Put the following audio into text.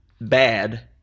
bad